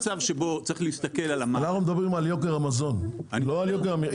אנחנו מדברים על יוקר המזון, לא על יוקר המחיה.